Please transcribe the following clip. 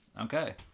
Okay